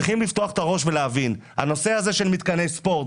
אז צריכים לפתוח את הראש ולהבין את החשיבות של מתקני הספורט.